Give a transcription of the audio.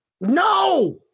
No